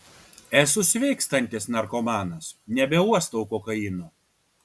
esu sveikstantis narkomanas nebeuostau kokaino